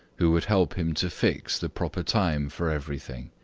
who would help him to fix the proper time for everything.